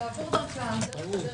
לפעול דרכו.